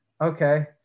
okay